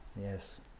yes